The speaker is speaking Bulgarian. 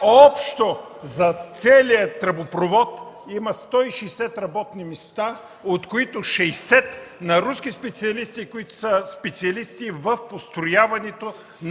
Общо за целия тръбопровод има 160 работни места, от които 60 на руски специалисти, които са специалисти в построяването на